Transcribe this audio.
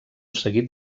seguit